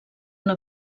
una